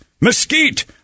mesquite